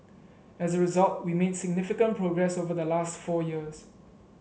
as a result we made significant progress over the last four years